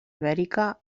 ibèrica